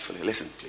Listen